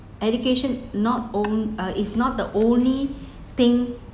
education not own uh is not the only thing